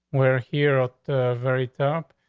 we're here at the very top.